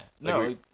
no